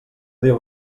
diu